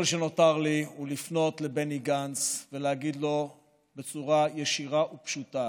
כל שנותר לי הוא לפנות לבני גנץ ולהגיד לו בצורה ישירה ופשוטה: